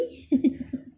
mm